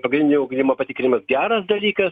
pagrindinio ugdymo patikrinimas geras dalykas